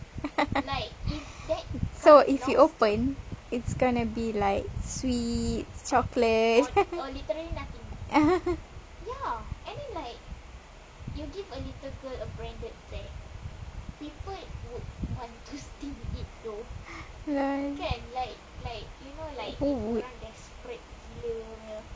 so if you open it's gonna be like sweet chocolate who would